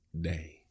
day